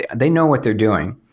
they know what they're doing.